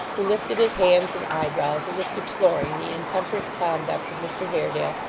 who lifted his hands and eyebrows, as if deploring the intemperate conduct of mr haredale,